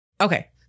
Okay